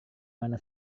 mana